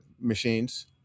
machines